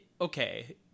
Okay